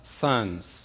sons